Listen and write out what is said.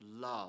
love